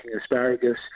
asparagus